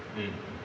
um